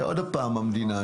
לא.